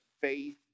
faith